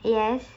yes